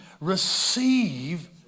receive